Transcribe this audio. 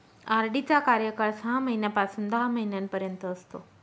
RD चा कार्यकाळ सहा महिन्यापासून दहा महिन्यांपर्यंत असतो